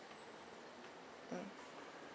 mm